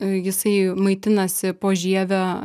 jisai maitinasi po žieve